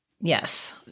Yes